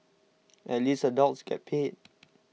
at least adults get paid